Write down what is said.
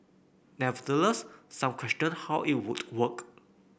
nevertheless some questioned how it would work